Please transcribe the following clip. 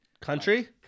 country